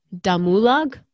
Damulag